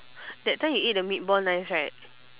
that time you eat the meatball nice right